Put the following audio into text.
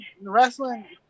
wrestling